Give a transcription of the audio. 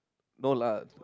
no lah